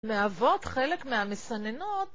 מהווות חלק מהמסננות